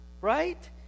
right